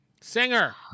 Singer